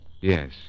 Yes